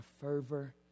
fervor